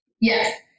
yes